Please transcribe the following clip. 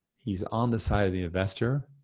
he's on the side of the investor.